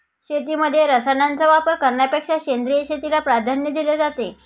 शेतीमध्ये रसायनांचा वापर करण्यापेक्षा सेंद्रिय शेतीला प्राधान्य दिले जाते